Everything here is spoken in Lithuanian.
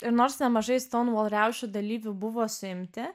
ir nors nemažai stonewall riaušių dalyvių buvo suimti